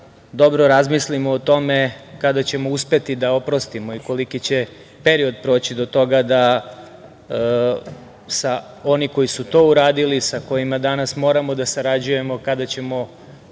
dobro razmislimo o tome kada ćemo uspeti da oprostimo i koliki će period proći do toga da oni koji su to uradili, sa kojima danas moramo da sarađujemo kada ćemo